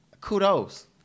kudos